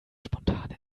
spontane